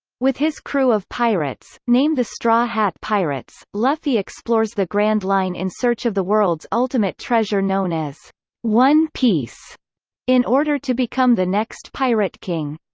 with his crew of pirates, named the straw hat pirates, luffy explores the grand line in search of the world's ultimate treasure known as one piece in order to become the next pirate king.